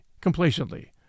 complacently